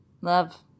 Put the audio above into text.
Love